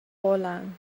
holland